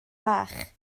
bach